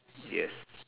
yes